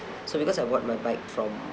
so because of what my bike from